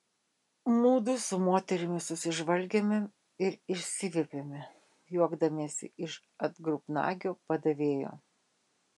mudu su moterimi susižvelgėme ir išsiviepėme juokdamiesi iš atgrubnagio padavėjo